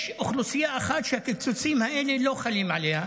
יש אוכלוסייה אחת שהקיצוצים האלה לא חלים עליה,